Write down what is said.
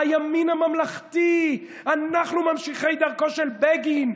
הימין הממלכתי, אנחנו ממשיכי דרכו של בגין.